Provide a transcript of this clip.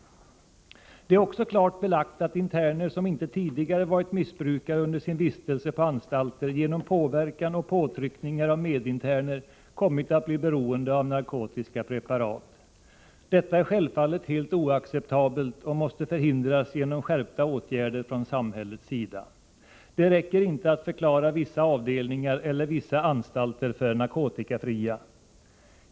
Det är också klart belagt att interner som inte tidigare varit missbrukare under sin vistelse på anstalter genom påverkan och påtryckningar av medinterner kommit att bli beroende av narkotiska preparat. Detta är självfallet helt oacceptabelt och måste förhindras genom skärpta åtgärder från samhällets sida. Det räcker inte att förklara vissa avdelningar eller vissa anstalter för narkotikafria.